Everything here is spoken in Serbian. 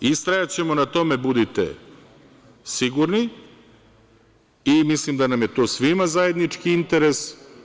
Istrajaćemo na tome, budite sigurni, i mislim da nam je to svima zajednički interes.